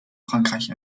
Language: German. frankreich